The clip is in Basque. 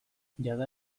jada